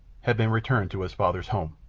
had been returned to his father's home.